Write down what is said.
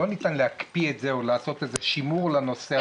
לא ניתן להקפיא את זה או לא עשות שימור לנושא הזה,